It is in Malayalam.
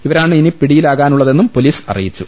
ഇവരാണ് ഇനി പിടിയിലാകാനുള്ളതെന്നും പൊലീസ് അറി യിച്ചു